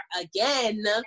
again